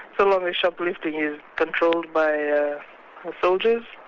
so long as shoplifting is controlled by soldiers,